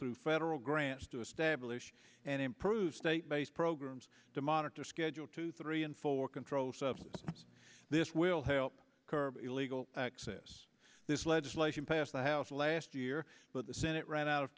through federal grants to establish and improve state based programs to monitor schedule two three and four controlled substance this will help curb illegal access this legislation passed the house last year but the senate ran out of